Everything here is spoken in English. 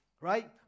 right